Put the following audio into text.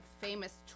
famous